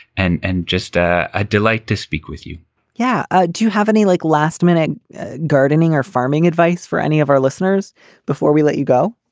and and just a ah delight to speak with you yeah. ah do you have any like last minute gardening or farming advice for any of our listeners before we let you go?